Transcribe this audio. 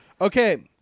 Okay